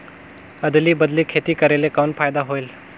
अदली बदली खेती करेले कौन फायदा होयल?